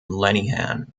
lenihan